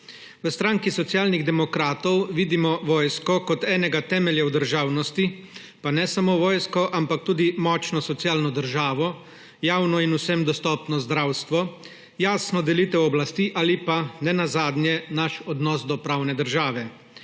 V stranki Socialnih demokratov vidimo vojsko kot enega temeljev državnosti, pa ne samo vojske, ampak tudi močno socialno državo, javno in vsem dostopno zdravstvo, jasno delitev oblasti ali pa ne nazadnje naš odnos do pravne države.